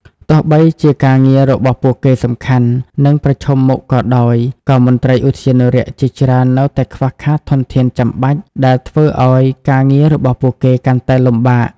ទោះបីជាការងាររបស់ពួកគេសំខាន់ និងប្រឈមមុខក៏ដោយ ក៏មន្ត្រីឧទ្យានុរក្សជាច្រើននៅតែខ្វះខាតធនធានចាំបាច់ ដែលធ្វើឲ្យការងាររបស់ពួកគេកាន់តែលំបាក។